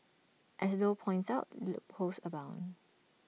as low points out loopholes abound